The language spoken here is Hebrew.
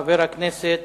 חבר הכנסת